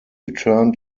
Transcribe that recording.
return